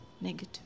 negative